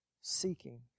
seeking